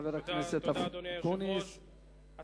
אדוני היושב-ראש, תודה.